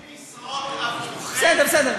יש 30 משרות עבורכם, בסדר,